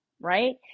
right